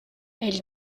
elle